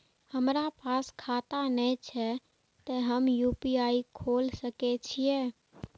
हमरा पास खाता ने छे ते हम यू.पी.आई खोल सके छिए?